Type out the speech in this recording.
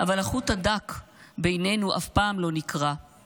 / אבל החוט הדק בינינו אף פעם לא נקרע /